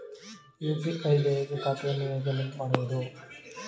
UPI ಗೆ ಖಾತೆಯನ್ನು ಹೇಗೆ ಲಿಂಕ್ ಮಾಡುವುದು?